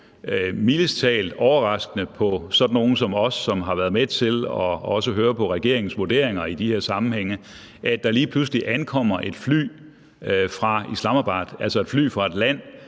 mildest talt overraskende på sådan nogle som os, som har været med til også at høre på regeringens vurderinger i de her sammenhænge, at der lige pludselig ankommer et fly fra Islamabad, altså fra et land,